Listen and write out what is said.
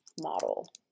model